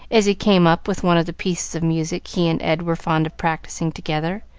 as he came up with one of the pieces of music he and ed were fond of practising together.